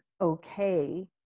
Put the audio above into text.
okay